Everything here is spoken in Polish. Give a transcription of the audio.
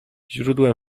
źródłem